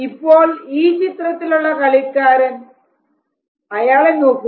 ഇപ്പോൾ ഈ ചിത്രത്തിലുള്ള കളിക്കാരൻ അയാളെ നോക്കൂ